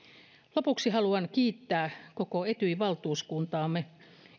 lopuksi haluan kiittää koko etyj valtuuskuntaamme